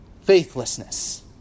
Faithlessness